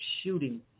shooting